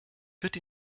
wird